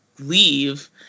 leave